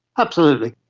absolutely.